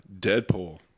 Deadpool